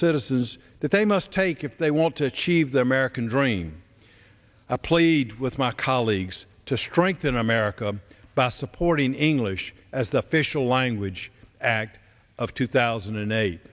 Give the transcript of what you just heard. citizens that they must take if they want to achieve the american dream a plead with my colleagues to strengthen america by supporting english as the official language act of two thousand and